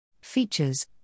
Features